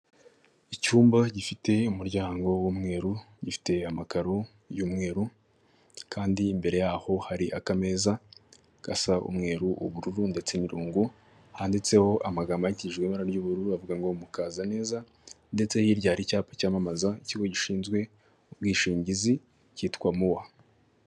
Icyumba gifite umuryango w'umweru gifite amakaro y'umweru kandi imbere yaho hari akameza gasa umweru, ubururu ndetse n'irungu handitseho amagambo yandikishijwe ibara ry'ubururu avuga ngo murakaza neza ndetse hirya hari icyapa cyamamaza ikigo gishinzwe ubwishingizi cyitwa MUWA.